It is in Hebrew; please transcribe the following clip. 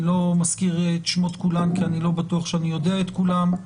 אני לא מזכיר את שמות כולם כי אני לא בטוח שאני יודע את כולם,